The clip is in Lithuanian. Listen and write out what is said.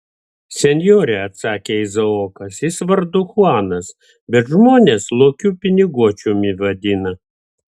senjore atsakė izaokas jis vardu chuanas bet žmonės lokiu piniguočiumi vadina